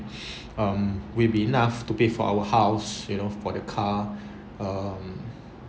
um will be enough to pay for our house you know for the car um